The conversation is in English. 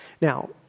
Now